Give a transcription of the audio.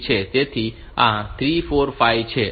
તેથી આ 3 4 અને 5 છે